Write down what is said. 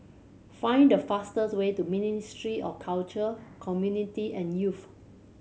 find the fastest way to Ministry of Culture Community and Youth